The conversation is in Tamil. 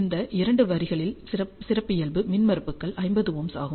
இந்த இரண்டு வரிகளின் சிறப்பியல்பு மின்மறுப்புகள் 50Ω ஆகும்